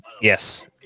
yes